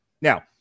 Now